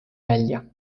välja